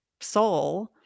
soul